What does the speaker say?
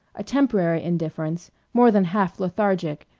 a temporary indifference, more than half lethargic,